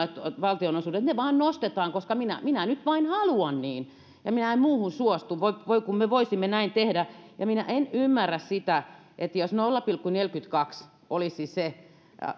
valtionosuudet nostetaan koska minä minä nyt vain haluan niin ja minä en muuhun suostu voi voi kun me voisimme näin tehdä minä en ymmärrä sitä että jos nolla pilkku neljäkymmentäkaksi oli siis neutraali